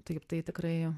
taip tai tikrai